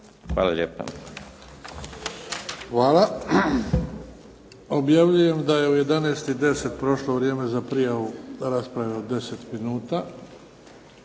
Luka (HDZ)** Hvala. Objavljujem da je u 11 i 10 prošlo vrijeme za prijavu rasprave od 10 minuta.